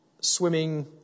swimming